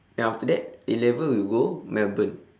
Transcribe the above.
then after that A-level you go melbourne